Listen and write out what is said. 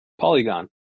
Polygon